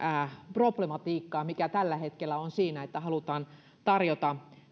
problematiikkaa mikä tällä hetkellä on siinä että halutaan tarjota